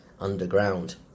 underground